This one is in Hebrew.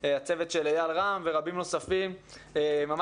הצוות של אייל רם ורבים נוספים ממש